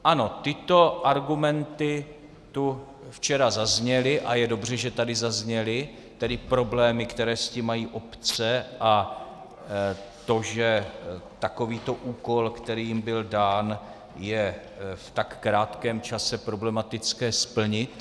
Ano, tyto argumenty tu včera zazněly a je dobře, že tady zazněly, tedy problémy, které s tím mají obce, a to, že takový úkol, který jim byl dán, je v tak krátkém čase problematické splnit.